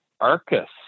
Arcus